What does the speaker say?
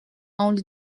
only